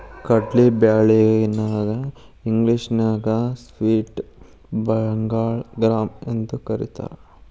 ಕಡ್ಲಿ ಬ್ಯಾಳಿ ನ ಇಂಗ್ಲೇಷನ್ಯಾಗ ಸ್ಪ್ಲಿಟ್ ಬೆಂಗಾಳ್ ಗ್ರಾಂ ಅಂತಕರೇತಾರ